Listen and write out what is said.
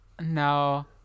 No